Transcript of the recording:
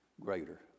greater